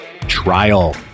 trial